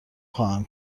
خواهم